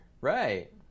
Right